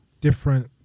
different